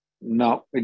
No